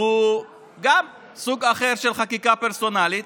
שהוא גם סוג אחר של חקיקה פרסונלית,